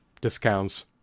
discounts